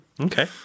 Okay